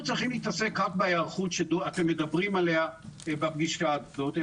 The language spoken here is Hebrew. צריכים להתעסק רק בהיערכות שאתם מדברים עליה בפגישה הזאת,